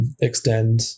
extend